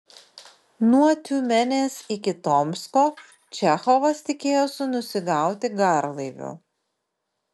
nuo tiumenės iki tomsko čechovas tikėjosi nusigauti garlaiviu